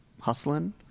hustling